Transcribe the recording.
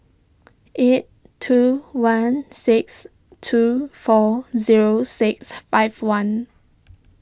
eight two one six two four zero six five one